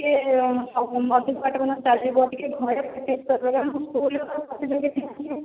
ଟିକେ ଅଧିକ ବାଟ ଯେମିତି ଚାଲିବ ଟିକେ ଘରେ ଚେଷ୍ଟା କରୁ